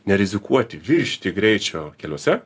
nerizikuoti viršyti greičio keliuose